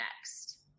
next